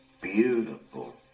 Beautiful